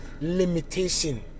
limitation